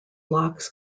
locks